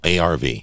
ARV